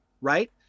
right